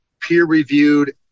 peer-reviewed